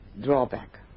drawback